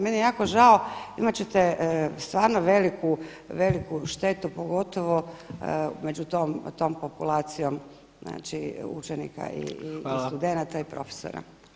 Meni je jako žalo, imat ćete stvarno veliku štetu pogotovo među tom populacijom znači učenika i studenata i profesora.